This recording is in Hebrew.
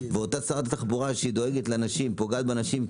ואותה שרת תחבורה שדואגת לנשים היא פוגעת בנשים,